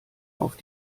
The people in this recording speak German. auf